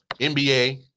NBA